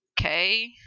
okay